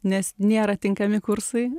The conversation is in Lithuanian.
nes nėra tinkami kursai